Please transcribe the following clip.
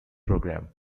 program